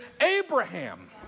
Abraham